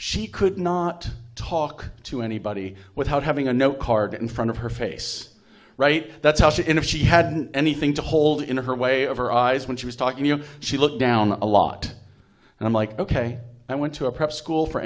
she could not talk to anybody without having a note card in front of her face right that's how she in if she hadn't anything to hold in her way of her eyes when she was talking you know she looked down a lot and i'm like ok i went to a prep school for